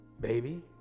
Baby